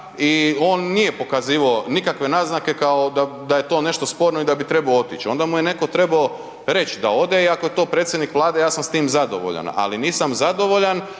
i on nije pokazivao nikakve naznake kao da je to nešto sporno i da bi trebao otići. Onda mu je netko trebao reći da ode i ako je to predsjednik Vlade, ja sam s tim zadovoljan, ali nisam zadovoljan